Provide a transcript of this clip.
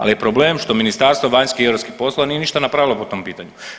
Ali je problem što Ministarstvo vanjskih i europskih poslova nije ništa napravilo po tom pitanje.